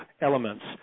elements